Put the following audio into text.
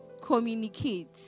communicate